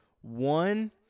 one